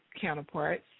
counterparts